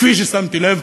כפי ששמתי לב,